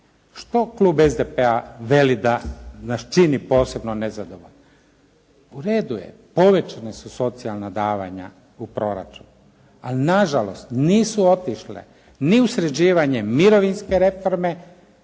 Što Klub SDP-a veli da nas čini posebno nezadovoljnim? U redu je. Povećana su socijalna davanja u proračun. Ali nažalost nisu otišle ni u sređivanje mirovinske reforme